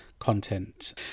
content